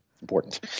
important